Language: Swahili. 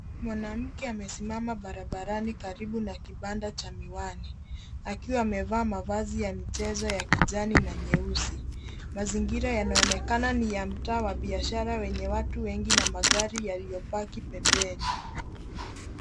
Mwanamke amesimama barabarani karibu na kibanda cha miwani akiwa amevaa mavazi ya michezo ya kijani na nyeusi. Mazingira yanaonekana ni ya mtaa wa biashara yenye watu wengi na magari yaliyopaki pembeni.